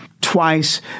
twice